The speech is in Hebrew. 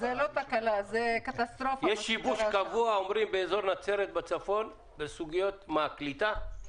אומרים שיש שיבוש קבוע באזור נצרת בצפון בסוגיות קליטה.